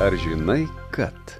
ar žinai kad